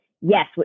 yes